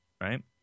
right